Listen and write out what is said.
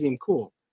cool